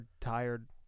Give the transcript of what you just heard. tired